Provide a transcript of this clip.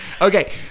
Okay